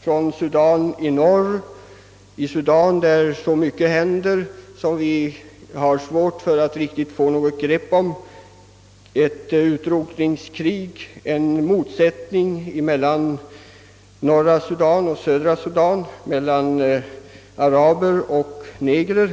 från Sydafrika i söder till Sudan i norr, där så mycket händer som vi har svårt att få något riktigt grepp om; där förekommer bl.a. ett utrotningskrig som bygger på motsättningen mellan södra Sudan och norra Sudan, mellan araber och negrer.